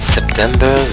September